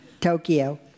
Tokyo